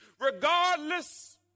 regardless